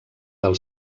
del